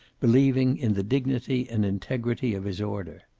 believing in the dignity and integrity of his order.